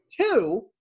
Two